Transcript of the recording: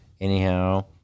anyhow